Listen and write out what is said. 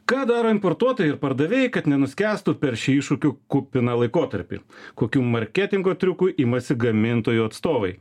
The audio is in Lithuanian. ką daro importuotojai ir pardavėjai kad nenuskęstų per šį iššūkių kupiną laikotarpį kokių marketingo triukų imasi gamintojo atstovai